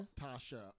Tasha